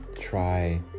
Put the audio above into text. try